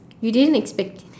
you didn't expect it